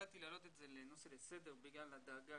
החלטתי להעלות את הנושא לסדר בגלל הדאגה,